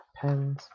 pens